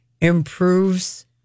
improves